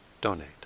donate